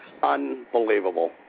Unbelievable